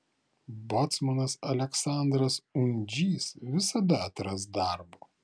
bocmanas aleksandras undžys visada atras darbo